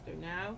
now